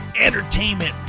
entertainment